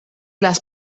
las